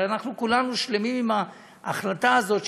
אנחנו כולנו שלמים עם ההחלטה הזאת,